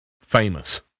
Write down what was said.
famous